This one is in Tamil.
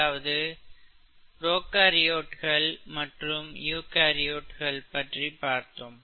அதாவது ப்ரோகாரியோட்ஸ் மற்றும் யூகரியோட்ஸ் பற்றி பார்த்தோம்